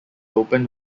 open